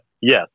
yes